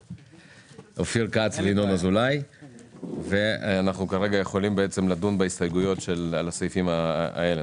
כץ וינון אזולאי וכרגע אנחנו יכולים לדון בהסתייגויות על הסעיפים האלה.